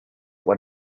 what